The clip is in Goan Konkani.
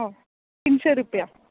हय तिनशें रुपया